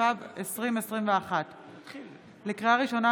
התשפ"ב 2021. לקריאה ראשונה,